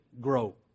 grow